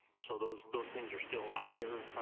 so those those things are still out there,